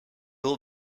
will